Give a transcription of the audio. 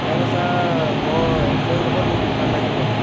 সেইকাৰণে ছাৰ মই এক্সেঞ্জ নকৰো মোক ৰিফাণ্ড লাগিব